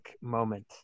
moment